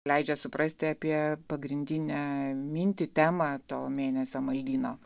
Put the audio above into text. leidžia suprasti apie pagrindinę mintį temą to mėnesio maldyno